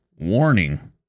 Warning